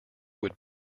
would